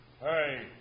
Hey